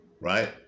Right